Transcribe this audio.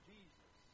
Jesus